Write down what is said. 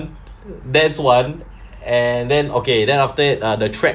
that's one and then okay then after that uh the track